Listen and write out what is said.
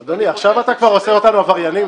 אדוני, עכשיו אתה עושה אותנו כבר עבריינים?